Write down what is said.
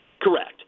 correct